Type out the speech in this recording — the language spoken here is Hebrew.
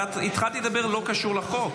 אבל התחלת בדבר שלא קשור לחוק,